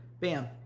Bam